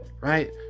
right